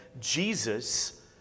Jesus